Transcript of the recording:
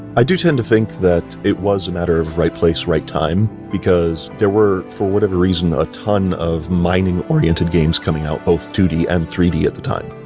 i do tend to think that it was a matter of right place, right time. because they were for whatever reason a ton of mining oriented games coming out, both two d and three d at the time.